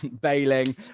bailing